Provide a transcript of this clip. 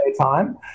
time